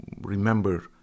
remember